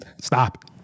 stop